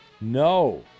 No